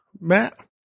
Matt